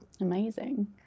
Amazing